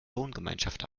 wohngemeinschaft